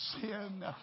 sin